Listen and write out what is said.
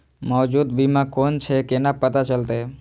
मौजूद बीमा कोन छे केना पता चलते?